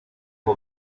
uko